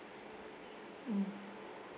mm